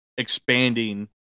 expanding